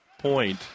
point